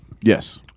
Yes